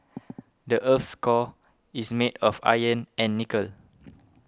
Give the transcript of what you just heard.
the earth's core is made of iron and nickel